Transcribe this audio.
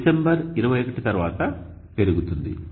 December 21 తర్వాత పెరుగుతుంది